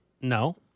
No